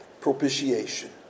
Propitiation